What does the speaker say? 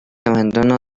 abandono